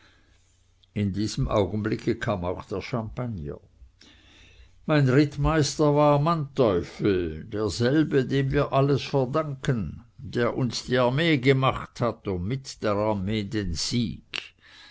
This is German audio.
in diesem augenblicke kam auch der champagner mein rittmeister war manteuffel derselbe dem wir alles verdanken der uns die armee gemacht hat und mit der armee den sieg